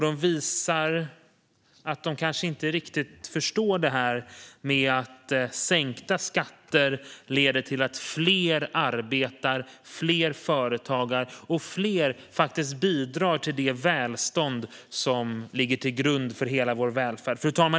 De visar att de kanske inte riktigt förstår detta med att sänkta skatter leder till att fler arbetar, att fler är företagare och att fler bidrar till det välstånd som ligger till grund för hela vår välfärd.